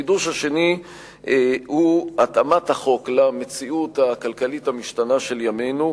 החידוש השני הוא התאמת החוק למציאות הכלכלית המשתנה של ימינו.